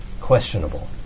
questionable